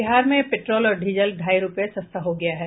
बिहार में पेट्रोल और डीजल ढाई रूपये सस्ता हो गया है